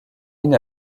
une